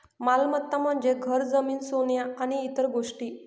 मालमत्ता म्हणजे घर, जमीन, सोने आणि इतर गोष्टी